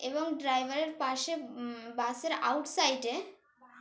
এবং ড্রাইভারের পাশে বাসের আউটসাইডে